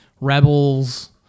Rebels